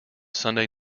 sunday